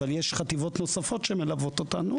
אבל יש חטיבות נוספות שמלוות אותנו